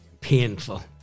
painful